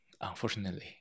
unfortunately